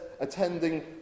attending